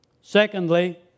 Secondly